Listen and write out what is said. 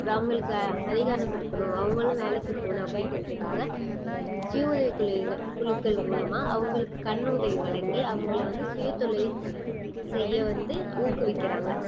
அவங்களுக்கு அதிகாரம் கொடுக்கணும் அவுங்களும் வேலைக்கு போகணும் அப்படிங்கிறதுக்காக சுயஉதவி குழுக்கள் மூலமாக அவங்களுக்கு கடன் உதவி வழங்கி அவங்கள வந்து சுயதொழில் செய்ய வந்து ஊக்குவிக்கிறாங்க